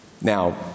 Now